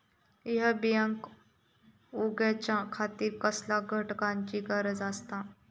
हया बियांक उगौच्या खातिर कसल्या घटकांची गरज आसता?